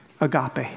Agape